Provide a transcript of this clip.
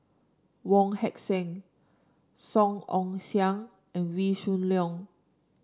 Wong Heck Sing Song Ong Siang and Wee Shoo Leong